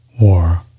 war